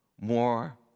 more